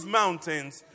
mountains